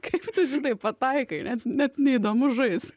kaip tu žinai pataikai net neįdomu žaist